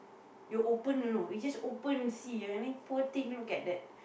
you open you know you just open see ah and then poor thing look at that